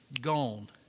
gone